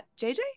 JJ